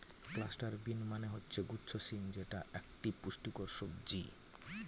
cluster bean মানে হচ্ছে গুচ্ছ শিম যেটা একটা পুষ্টিকর সবজি